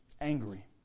angry